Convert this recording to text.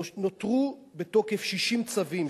נותרו בתוקף 60 צווים,